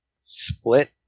split